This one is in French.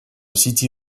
city